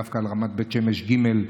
דווקא על רמת בית שמש ג'2,